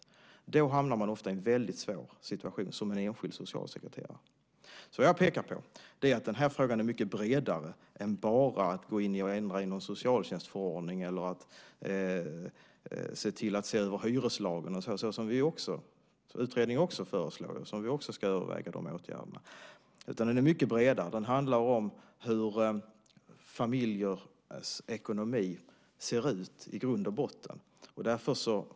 Så vad jag pekar på är att den här frågan är mycket bredare. Här handlar det inte bara om att gå in och ändra i någon socialförtjänstförordning eller att se över hyreslagen. Det är åtgärder som utredningen föreslår och som vi också ska överväga. Men frågan är mycket bredare. Den handlar om hur familjers ekonomi ser ut i grund och botten.